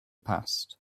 passed